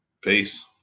peace